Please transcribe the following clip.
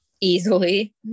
Easily